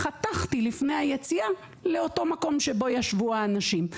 חתכתי לפני היציאה לאותו מקום בו ישבו האנשים.